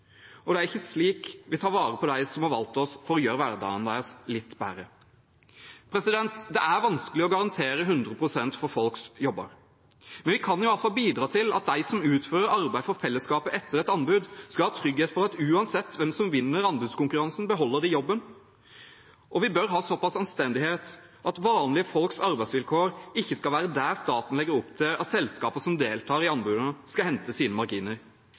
og det er ikke slik vi tar vare på dem som har valgt oss for å gjøre hverdagen deres litt bedre. Det er vanskelig å garantere 100 pst. for folks jobber, men vi kan iallfall bidra til at de som utfører arbeid for fellesskapet etter et anbud, skal ha trygghet for at uansett hvem som vinner anbudskonkurransen, beholder de jobben. Og vi bør ha såpass anstendighet at vanlige folks arbeidsvilkår ikke skal være der staten legger opp til at selskaper som deltar i anbudene, skal hente sine marginer.